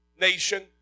nation